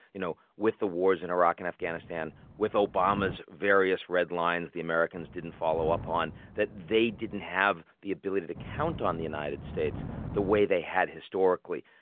you know, with the wars in iraq and afghanistan with obama's various red lines the americans didn't follow up on, that they didn't have the ability to count on the united states the way they had historically.